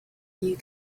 you